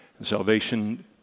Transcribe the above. Salvation